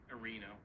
Arena